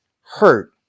hurt